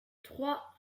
trois